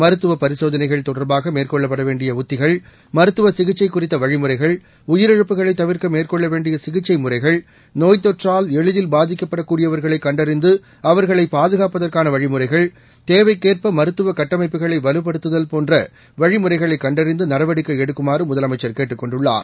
மருத்துவ பரிசோதனைகள் தொடர்பாக மேற்கொள்ளப்பட வேண்டிய உத்திகள் மருத்துவ சிகிச்சை வழிமுறைகள் உயிரிழப்புகளை தவிர்க்க மேற்கொள்ள வேண்டிய சிகிச்சை முறைகள் குறித்த நோய்த்தொற்றால் எளிதில் பாதிக்கக்கூடியவர்களை கண்டறிந்து அவர்களை பாதுகாப்பதற்கான வழிமுறைகள் தேவைக்கேற்ப மருத்துவ கட்டமைப்புகளை வலுப்படுத்துதல் போன்ற வழிமுறைகளை கண்டறிந்து நடவடிக்கை எடுக்குமாறு முதலமைச்சர் கேட்டுக் கொண்டுள்ளார்